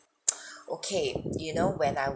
okay you know when I